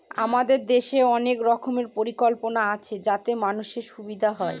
আমাদের দেশের অনেক রকমের পরিকল্পনা আছে যাতে মানুষের সুবিধা হয়